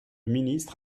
ministre